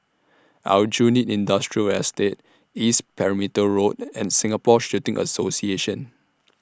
Aljunied Industrial Estate East Perimeter Road and Singapore Shooting Association